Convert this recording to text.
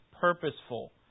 purposeful